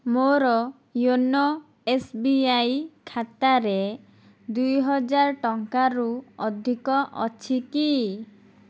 ମୋର YONO S B I ଖାତାରେ ଦୁଇହଜାର ଟଙ୍କାରୁ ଅଧିକ ଅଛି କି